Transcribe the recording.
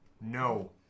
No